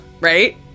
Right